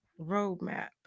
roadmap